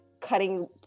cutting